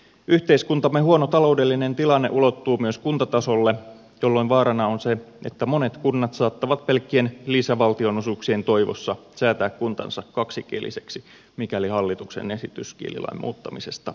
yhteiskuntamme huono taloudellinen tilanne ulottuu myös kuntatasolle jolloin vaarana on se että monet kunnat saattavat pelkkien lisävaltionosuuksien toivossa säätää kuntansa kaksikieliseksi mikäli hallituksen esitys kielilain muuttamisesta hyväksytään